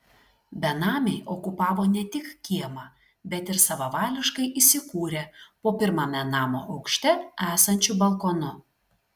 benamiai okupavo ne tik kiemą bet ir savavališkai įsikūrė po pirmame namo aukšte esančiu balkonu